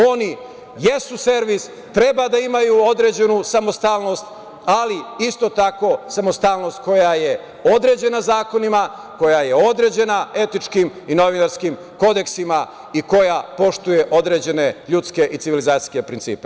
Oni jesu servis, treba da imaju određenu samostalnost, ali isto tako samostalnost koja je određena zakonima, koja je određena etičkim i novinarskim kodeksima i koja poštuje određene ljudske i civilizacijske principe.